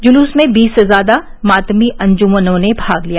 जुलूस में बीस से ज़्यादा मातमी अंजुमनों ने भाग लिया